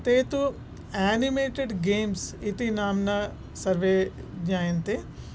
ते तु animated games इति नाम्ना सर्वे ज्ञायन्ते